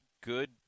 good